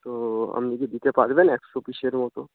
তো আপনি কি দিতে পারবেন একশো পিসের মতো